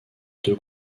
deux